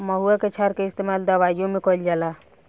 महुवा के क्षार के इस्तेमाल दवाईओ मे करल जाला